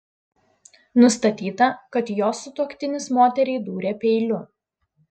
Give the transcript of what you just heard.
nustatyta kad jos sutuoktinis moteriai dūrė peiliu